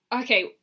Okay